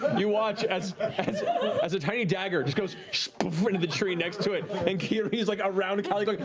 you watch as as a tiny dagger goes into the tree next to it and kiri's like around cali's